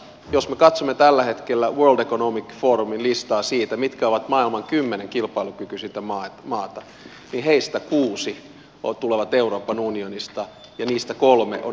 jos me katsomme tällä hetkellä world economic forumin listaa siitä mitkä ovat maailman kymmenen kilpailukykyisintä maata niin niistä kuusi tulee euroopan unionista ja niistä kolme on eurossa